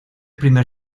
primer